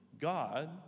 God